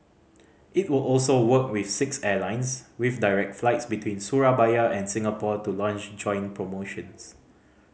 it will also work with six airlines with direct flights between Surabaya and Singapore to launch joint promotions